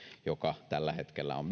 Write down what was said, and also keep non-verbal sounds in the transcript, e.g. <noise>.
joka tällä hetkellä on <unintelligible>